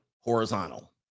horizontal